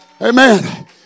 Amen